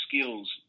skills